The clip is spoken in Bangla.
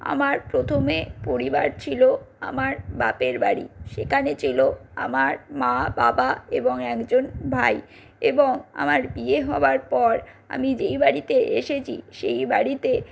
আমার প্রথমে পরিবার ছিল আমার বাপের বাড়ি সেখানে ছিল আমার মা বাবা এবং একজন ভাই এবং আমার বিয়ে হওয়ার পর আমি যেই বাড়িতে এসেছি সেই বাড়িতে